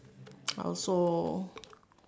also